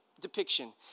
depiction